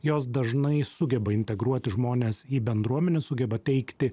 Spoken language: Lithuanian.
jos dažnai sugeba integruoti žmones į bendruomenę sugeba teikti